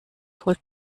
holt